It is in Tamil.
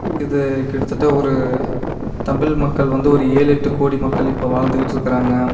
இது கிட்டத்தட்ட ஒரு தமிழ் மக்கள் வந்து ஒரு ஏழு எட்டுக்கோடி மக்கள் இப்போ வாழ்ந்துக்கிட்டு இருக்குறாங்க